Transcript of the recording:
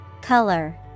Color